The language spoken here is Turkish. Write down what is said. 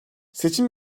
seçim